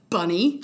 Bunny